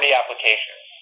applications